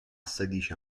sedici